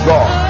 God